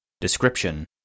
Description